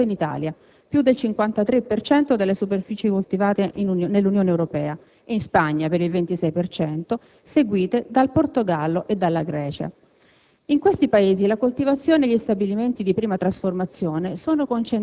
Nell'Unione Europea, comunque, il pomodoro per la trasformazione è coltivato soprattutto in Italia (più del 53 per cento delle superfici coltivate nell'Unione Europea) e in Spagna (per il 26 per cento), seguite dal Portogallo e dalla Grecia.